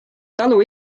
talu